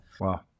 Wow